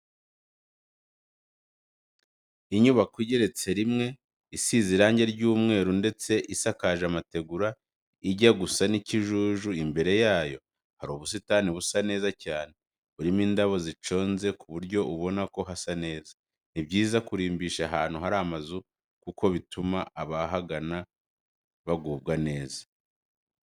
Inyubako igeretse rimwe isize irange ry'umweru ndetse isakaje amategura ajya gusa n'ikijuju imbere yayo hari ubusitani busa neza cyane, burimo indabo ziconze ku buryo ubona ko hasa neza. Ni byiza kurimbisha ahantu hari amazu kuko bituma abahagana bagubwa neza.